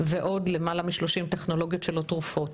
ועוד למעלה מ-30 טכנולוגיות שלא תרופות.